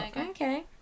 Okay